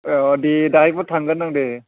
औ दे दाहायफोर थांगोन आं दे